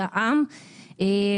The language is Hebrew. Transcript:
היום בנושא פיתוח וטיוב רפואת החירום באזור